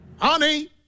Honey